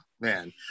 man